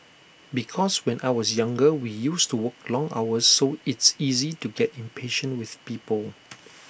because when I was younger we used to work long hours so it's easy to get impatient with people